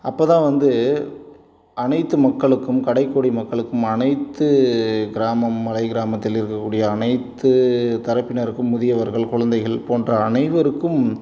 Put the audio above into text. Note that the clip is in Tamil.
அப்போதான் வந்து அனைத்து மக்களுக்கும் கடைக்கோடி மக்களுக்கும் அனைத்து கிராமம் மலை கிராமத்தில் இருக்கக்கூடிய அனைத்து தரப்பினருக்கும் முதியவர்கள் குழந்தைகள் போன்ற அனைவருக்கும்